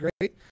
great